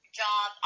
job